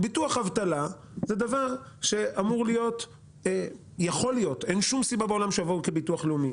ביטוח אבטלה זה משהו שאין שום סיבה בעולם שיהיה בתור ביטוח לאומי.